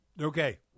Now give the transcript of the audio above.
Okay